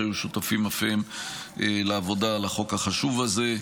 שהיו שותפים אף הם לעבודה על החוק החשוב הזה.